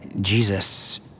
Jesus